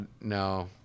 No